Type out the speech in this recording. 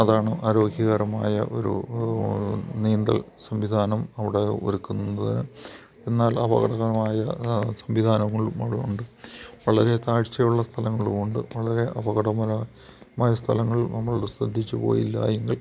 അതാണ് ആരോഗ്യകരമായ ഒരു നീന്തൽ സംവിധാനം അവിടെ ഒരുക്കുന്നതിന് എന്നാൽ അപകടകരമായ സംവിധാനങ്ങളും അവിടെയുണ്ട് വളരെ താഴ്ച്ചയുള്ള സ്ഥലങ്ങളുമുണ്ട് വളരെ അപകടകരമായ മായ സ്ഥലങ്ങളിൽ നമ്മൾ ശ്രദ്ധിച്ച് പോയില്ലായെങ്കിൽ